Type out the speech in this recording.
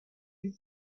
eue